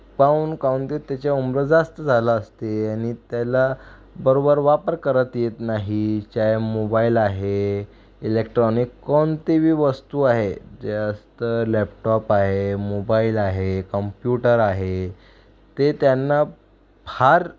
काउन काउन ते तेच्या उम्र जास्त झाला असते आणि त्याला बरोबर वापर करत येत नाही ज्या मोबाईल आहे इलेक्ट्रॉनिक कोणते बी वस्तू आहे जे असतं लॅपटॉप आहे मोबाईल आहे कंप्यूटर आहे ते त्यांना फार